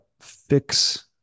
fix